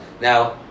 Now